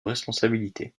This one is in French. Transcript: responsabilités